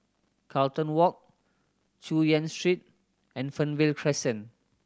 Carlton Walk Chu Yen Street and Fernvale Crescent